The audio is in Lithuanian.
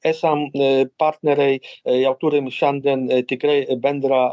esam partneriai jau turim šiandien tikrai bendrą